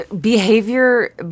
Behavior